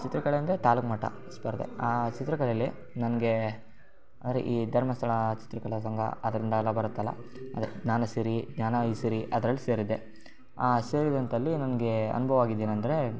ಚಿತ್ರಕಲೆ ಅಂದರೆ ತಾಲೂಕು ಮಟ್ಟ ಸ್ಪರ್ಧೆ ಆ ಚಿತ್ರಕಲೆಯಲ್ಲಿ ನನಗೆ ಅಂದರೆ ಈ ಧರ್ಮಸ್ಥಳ ಚಿತ್ರಕಲಾ ಸಂಘ ಅದರಿಂದೆಲ್ಲ ಬರುತ್ತಲ್ವ ಅದೇ ಜ್ಞಾನಸಿರಿ ಜ್ಞಾನ ಐಸಿರಿ ಅದ್ರಲ್ಲಿ ಸೇರಿದ್ದೆ ಆ ಸೇರಿದಂತಲ್ಲಿ ನನಗೆ ಅನ್ಭವವಾಗಿದ್ದೇನಂದ್ರೆ